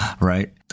right